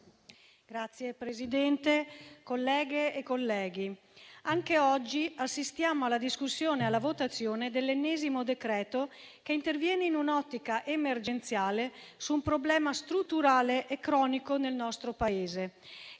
Signor Presidente, colleghe e colleghi, oggi assistiamo alla discussione e alla votazione dell'ennesimo decreto-legge che interviene in un'ottica emergenziale su un problema strutturale e cronico nel nostro Paese,